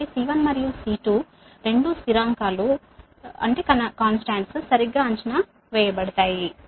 కాబట్టి C1 మరియు C2 రెండూ స్థిరాంకాలు సరిగ్గా అంచనా వేయబడతాయి